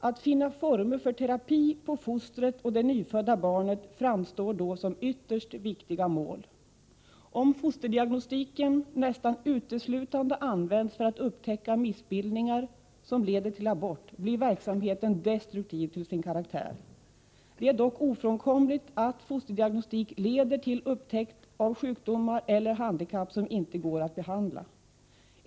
Att finna former för terapi på fostret och det nyfödda barnet framstår då som ytterst viktiga mål. Om fosterdiagnostiken nästan uteslutande används för att upptäcka missbildningar som leder till abort, blir verksamheten destruktiv till sin karaktär. Det är dock ofrånkomligt att fosterdiagnostik leder till upptäckt av sjukdomar eller handikapp som inte går att behandla.